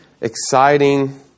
exciting